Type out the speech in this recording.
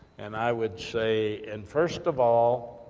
and i would say, and first of all,